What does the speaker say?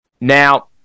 now